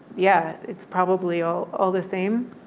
yeah, it's probably all all the same.